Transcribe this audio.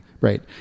Right